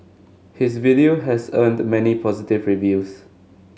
his video has earned many positive reviews